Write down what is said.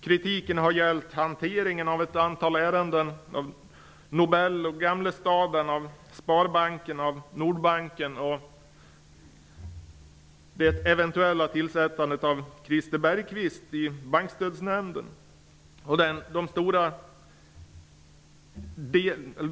Kritiken har gällt hanteringen av ett antal ärenden -- Nobel, Gamlestaden, Sparbanken, Nordbanken och det eventuella tillsättandet av Christer Bergqvist i Bankstödsnämnden.